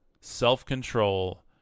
self-control